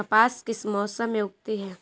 कपास किस मौसम में उगती है?